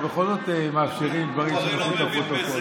אנחנו בכל זאת מאפשרים דברים מחוץ לפרוטוקול.